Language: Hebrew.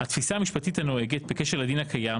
התפיסה המשפטית הנוהגת בקשר לדין הקיים